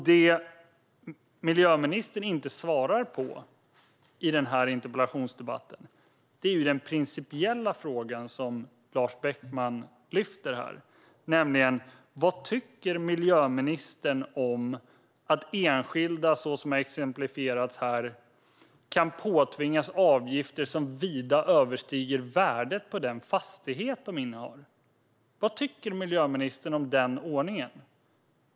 Det miljöministern inte svarar på i denna interpellationsdebatt är den principiella fråga som Lars Beckman lyfter fram, nämligen: Vad tycker miljöministern om att enskilda, så som har exemplifierats här, kan påtvingas avgifter som vida överstiger värdet på den fastighet de innehar? Vad tycker miljöministern om denna ordning?